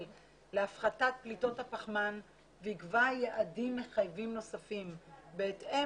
להפחתת פליטות הפחמן ויקבע יעדים מחייבים נוספים בהתאם